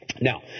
Now